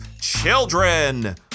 children